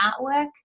artwork